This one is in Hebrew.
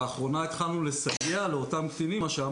לאחרונה התחלנו לסייע לאותם קטינים שכבר